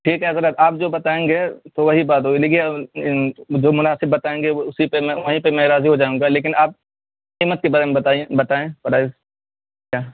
ٹھیک ہے حضرت آپ جو بتائیں گے تو وہی بات ہوگی دیکھیے جو مناسب بتائیں گے اسی پہ میں وہیں پہ میں راضی ہو جاؤں گا لیکن آپ قیمت کے بارے میں بتائیے بتائیں پرائس کیا